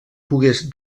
pogués